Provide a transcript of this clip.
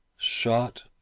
shot?